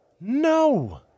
No